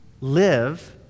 live